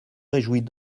réjouis